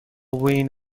win